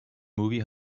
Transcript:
movie